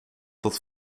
tot